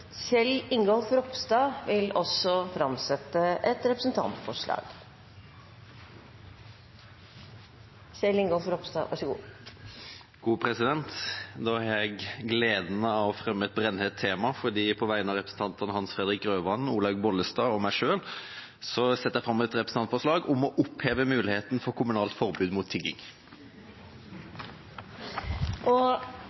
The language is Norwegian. Kjell Ingolf Ropstad vil også framsette et representantforslag. Jeg har gleden av å fremme et brennhett tema. På vegne av stortingsrepresentantene Hans Fredrik Grøvan, Olaug V. Bollestad og meg selv setter jeg fram et representantforslag om å oppheve muligheten for kommunalt forbud mot tigging.